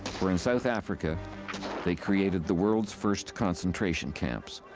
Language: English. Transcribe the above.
for in south africa they created the world's first concentration camps,